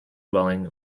dwelling